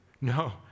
No